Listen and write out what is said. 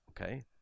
okay